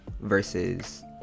versus